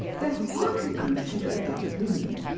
they are hardly considered the thing.